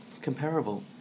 comparable